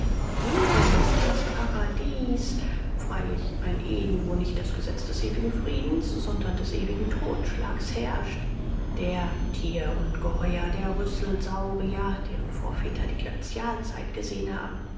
hier ist das paradies freilich ein eden wo nicht das gesetz des ewigen friedens sondern des ewigen totschlags herrscht der tierungeheuer der rüsselsaurier deren vorväter die glazialzeit gesehen haben